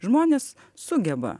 žmonės sugeba